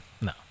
No